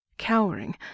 Cowering